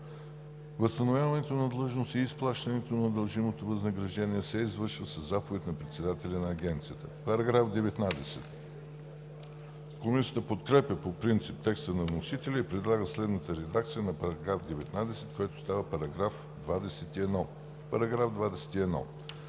Възстановяването на длъжност и изплащането на дължимото възнаграждение се извършва със заповед на председателя на Агенцията.“ Комисията подкрепя по принцип текста на вносителя и предлага следната редакция на § 19, който става § 21: „§ 21.